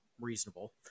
reasonable